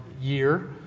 year